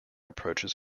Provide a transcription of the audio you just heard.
approaches